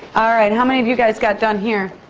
all right. how many of you guys got done here?